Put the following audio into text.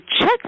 check